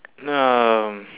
um